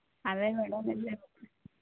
అదే మేడం